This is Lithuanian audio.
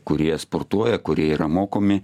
kurie sportuoja kurie yra mokomi